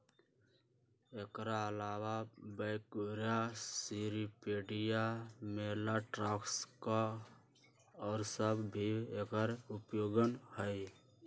एकर अलावा Brachyura, Cirripedia, Malacostraca और सब भी एकर उपगण हई